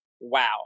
wow